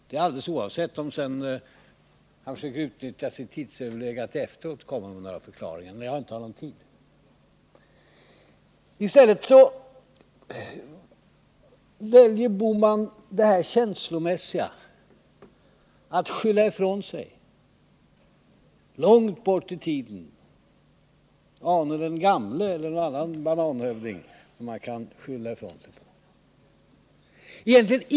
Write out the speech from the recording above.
Detta alldeles oavsett om han sedan försöker utnyttja sin tid till att komma med förklaringar när jag inte har någon rätt till replik. I stället väljer herr Bohman det känslomässiga. Han går antingen långt tillbaka i tiden till Ane den gamle, eller till någon bananhövding för att skylla ifrån sig.